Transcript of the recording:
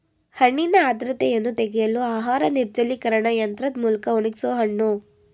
ಹಣ್ಣಿನ ಆರ್ದ್ರತೆಯನ್ನು ತೆಗೆಯಲು ಆಹಾರ ನಿರ್ಜಲೀಕರಣ ಯಂತ್ರದ್ ಮೂಲ್ಕ ಒಣಗ್ಸೋಹಣ್ಣು